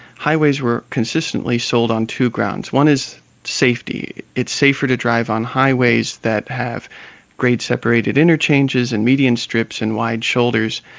highways were consistently sold on two grounds. one is safety, it's safer to drive on highways that have great separated interchanges and median strips and wide shoulders,